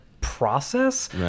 process